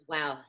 Wow